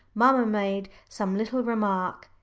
mamma made some little remark.